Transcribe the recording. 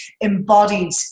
embodied